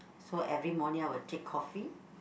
so every morning I will take coffee